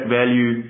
value